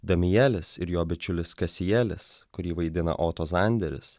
damielis ir jo bičiulis kasielis kurį vaidina oto zanderis